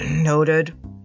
Noted